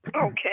Okay